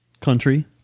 country